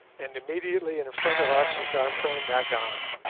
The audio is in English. and immediately in front of us was our friend agon,